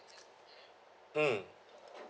mm